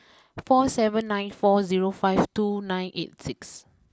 four seven nine four zero five two nine eight six